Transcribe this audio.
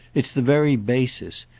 it's the very basis,